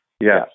Yes